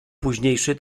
późniejszy